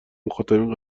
مخاطبین